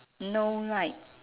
no light